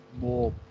more